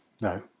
no